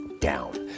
down